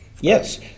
Yes